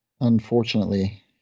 Unfortunately